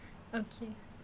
okay